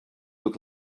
look